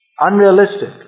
Unrealistic